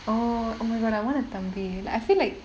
oh oh my god I want a தம்பி:thambi like I feel like